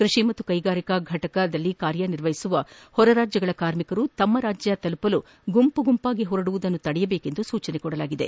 ಕೃಷಿ ಮತ್ತು ಕೈಗಾರಿಕಾ ಫಟಕಗಳಲ್ಲಿ ಕಾರ್ಯನಿರ್ವಹಿಸುವ ಹೊರ ರಾಜ್ಯಗಳ ಕಾರ್ಮಿಕರು ತಮ್ಮ ರಾಜ್ಯಗಳನ್ನು ತಲುಪಲು ಗುಂಪು ಗುಂಪಾಗಿ ಹೊರಡುವುದನ್ನು ತಡೆಯಬೇಕು ಎಂದು ಸೂಚಿಸಲಾಗಿದೆ